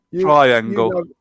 Triangle